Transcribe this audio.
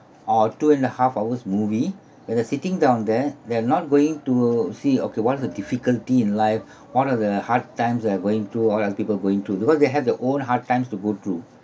or two and a half hours movie where the sitting down there they're not going to see okay what's the difficulty in life what are the hard times they are going through all other people going through because they have the own hard times to go through